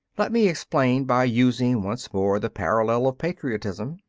let me explain by using once more the parallel of patriotism.